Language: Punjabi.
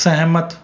ਸਹਿਮਤ